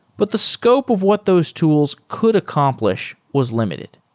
but the scope of what those tools could accomplish was limited.